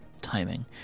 Timing